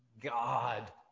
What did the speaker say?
God